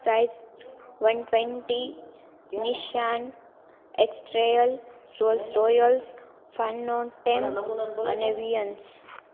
size one twenty Nissan X Trail Rolls Royals ફેનનોન ટેમ અને વીયન્ટ્સ